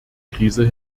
krise